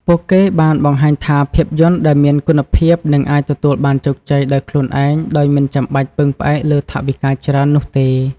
ពួកគេបានបង្ហាញថាភាពយន្តដែលមានគុណភាពនឹងអាចទទួលបានជោគជ័យដោយខ្លួនឯងដោយមិនចាំបាច់ពឹងផ្អែកលើថវិកាច្រើននោះទេ។